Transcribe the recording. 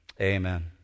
Amen